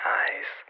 eyes